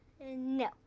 No